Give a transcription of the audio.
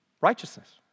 righteousness